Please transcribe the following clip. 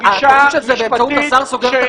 התוכנית של זה באמצעות זה שהשר סוגר את